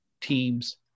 teams